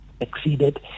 exceeded